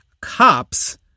cops